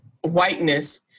whiteness